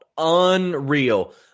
unreal